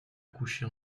coucher